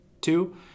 Two